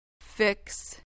fix